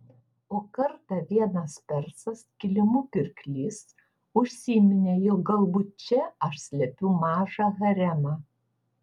o kartą vienas persas kilimų pirklys užsiminė jog galbūt čia aš slepiu mažą haremą